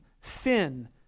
sin